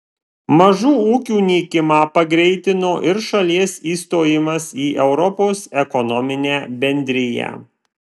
mažų ūkių nykimą pagreitino ir šalies įstojimas į europos ekonominę bendriją